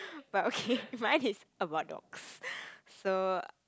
but okay mine is about dogs so